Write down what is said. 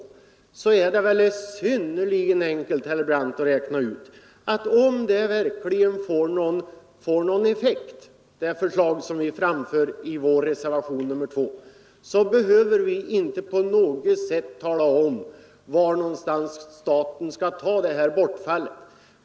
Det är väl synnerligen enkelt, herr Brandt, att räkna ut att om det förslag som vi framför i vår reservation nr 2 verkligen får någon effekt, så behöver vi inte på något sätt tala om var staten skall ta igen det här bortfallet.